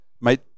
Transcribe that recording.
mate